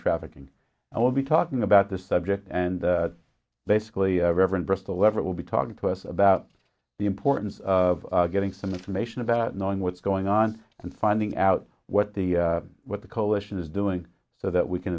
trafficking and will be talking about this subject and basically reverend bristol lever will be talking to us about the importance of getting some information about knowing what's going on and finding out what the what the coalition is doing so that we can